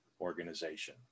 organization